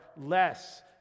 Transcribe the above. less